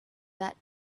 that